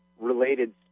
related